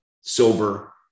sober